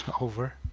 over